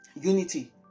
Unity